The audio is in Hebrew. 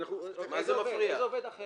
לך יש בעיה עם "עובד ציבורי" ו "עובד עירייה".